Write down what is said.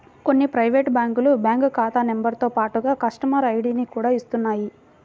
కొన్ని ప్రైవేటు బ్యాంకులు బ్యాంకు ఖాతా నెంబరుతో పాటుగా కస్టమర్ ఐడిని కూడా ఇస్తున్నాయి